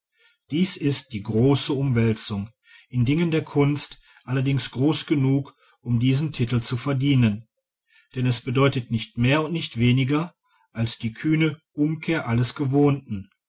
dies ist die große umwälzung in dingen der kunst allerdings groß genug um diesen titel zu verdienen denn es bedeutet nicht mehr und nicht weniger als die kühne umkehr alles gewohnten